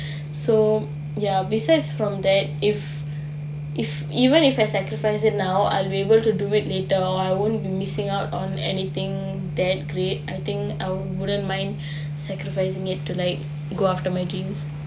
so ya besides from that if if even if I sacrifice it now I will be able to do it later I won't been missing out on anything that great I think I wouldn't mind sacrificing it to like go after my dreams